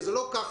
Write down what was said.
וזה לא ככה.